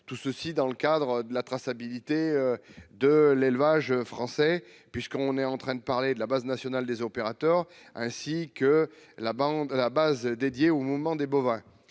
tout ceci dans le cadre de la traçabilité de l'élevage français puisqu'on est en train de parler de la Base nationale des opérateurs ainsi que la bande à la base, dédié au moment des bovins